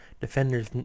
defenders